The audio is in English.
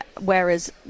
Whereas